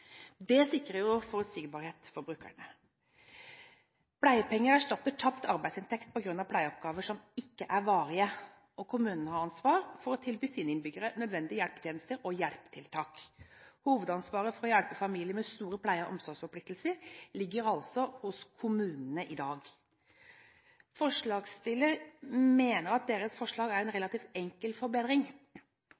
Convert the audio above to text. Det sikrer jo forutsigbarhet for brukerne. Pleiepenger erstatter tapt arbeidsinntekt på grunn av pleieoppgaver som ikke er varige. Kommunene har ansvar for å tilby sine innbyggere nødvendige hjelpetjenester og hjelpetiltak. Hovedansvaret for å hjelpe familier med store pleie- og omsorgsforpliktelser ligger altså hos kommunene i dag. Forslagsstillerne mener at deres forslag er en